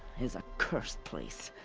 is a cursed place.